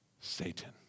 Satan